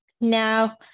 now